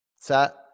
Set